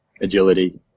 agility